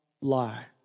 lie